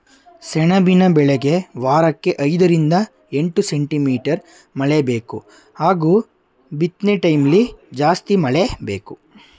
ಸೆಣಬಿನ ಬೆಳೆಗೆ ವಾರಕ್ಕೆ ಐದರಿಂದ ಎಂಟು ಸೆಂಟಿಮೀಟರ್ ಮಳೆಬೇಕು ಹಾಗೂ ಬಿತ್ನೆಟೈಮ್ಲಿ ಜಾಸ್ತಿ ಮಳೆ ಬೇಕು